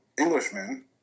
Englishman